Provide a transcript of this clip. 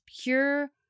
pure